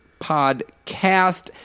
podcast